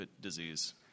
disease